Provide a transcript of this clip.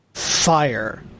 fire